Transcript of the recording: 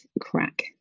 crack